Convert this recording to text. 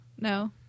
No